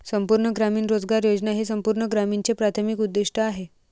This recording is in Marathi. संपूर्ण ग्रामीण रोजगार योजना हे संपूर्ण ग्रामीणचे प्राथमिक उद्दीष्ट आहे